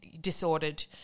disordered